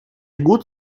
good